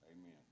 amen